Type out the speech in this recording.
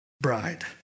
bride